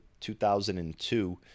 2002